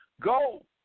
go